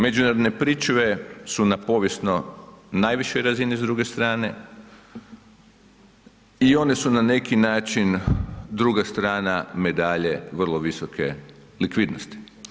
Međunarodne pričuve su na povijesno najvišoj razini s druge strane i one su na neki način druga strana medalje vrlo visoke likvidnosti.